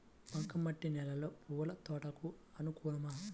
బంక మట్టి నేలలో పూల తోటలకు అనుకూలమా?